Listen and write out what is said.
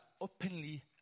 openly